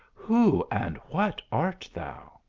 who and what art thou?